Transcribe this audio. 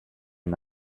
and